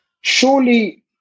Surely